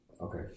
okay